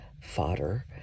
fodder